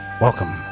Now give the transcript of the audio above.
Welcome